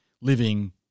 living